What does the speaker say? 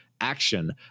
action